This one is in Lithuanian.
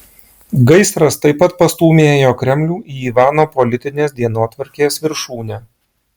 gaisras taip pat pastūmėjo kremlių į ivano politinės dienotvarkės viršūnę